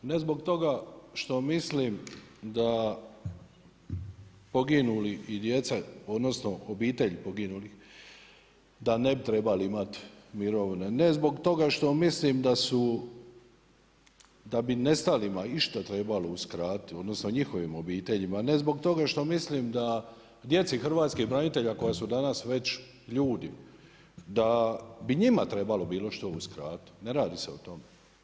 Ne zbog toga što mislim da poginuli i djeca odnosno obitelj poginulih da ne bi trebali imati mirovine, ne zbog toga što mislim da bi nestalima išta trebalo uskratiti odnosno njihovim obiteljima, ne zbog toga što mislim da djeci hrvatskih branitelja koja su danas već ljudi da bi njima trebalo bilo što uskratiti ne radi se o tome.